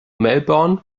melbourne